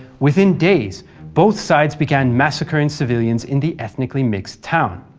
within days both sides began massacring civilians in the ethnically mixed town.